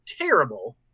terrible